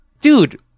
dude